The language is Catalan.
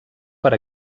per